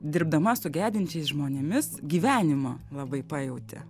dirbdama su gedinčiais žmonėmis gyvenimą labai pajauti